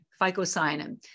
phycocyanin